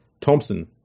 Thompson